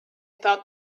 thought